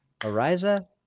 Ariza